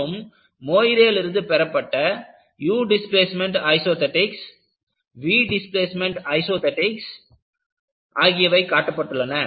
மற்றும் மோயிரே லிருந்து பெறப்பட்ட u displacement isothetics v displacement isothetics ஆகியவை காட்டப்பட்டுள்ளன